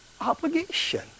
obligation